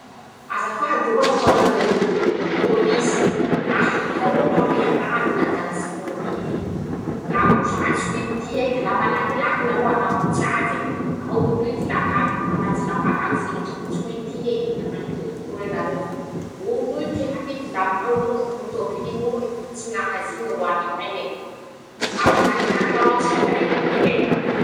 Azafady roehy ho anareoo, pôlisy, nahita olo aho lehany nangalatsy tômôbily; la mbo tratsiko intia ii, ka la malakilaky nareo hanambots'aze fa olo ity la mpangalatse la mpangalatse, la tratsiko intia ii, la malakilaky roe nareo fa olo ity ii atity la mañongaky ñy tôbilin'olo raha tsy ñaz'iñy ro alaene, la malakilaky nareo tsy ilay olo ite.